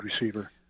receiver